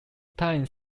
time